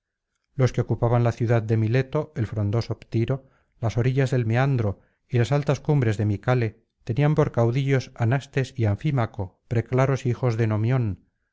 los que ocupaban la ciudad de mileto el frondoso ptiro las orillas del meandro y las altas cumbres de mícale tenían por caudillos á nastes y anfímaco preclaros hijos de nomión